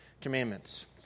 Commandments